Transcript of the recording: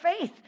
faith